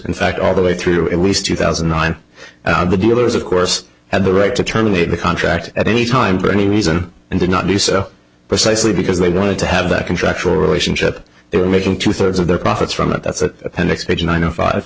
in fact all the way through at least two thousand and nine the dealers of course had the right to terminate the contract at any time for any reason and did not do so precisely because they wanted to have that contractual relationship they were making two thirds of their profits from it that's an appendix page nine o five